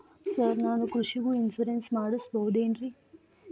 Sir ನಾನು ಕೃಷಿಗೂ insurance ಮಾಡಸಬಹುದೇನ್ರಿ?